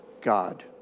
God